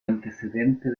antecedente